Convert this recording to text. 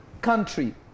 country